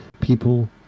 people